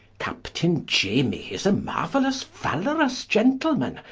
captaine iamy is a maruellous falorous gentleman,